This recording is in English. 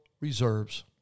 Reserves